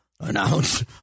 announce